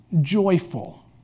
joyful